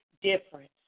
difference